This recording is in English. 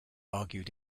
argued